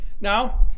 Now